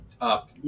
up